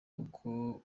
uko